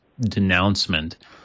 denouncement